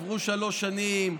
עברו שלוש שנים,